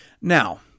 Now